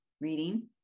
reading